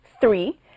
Three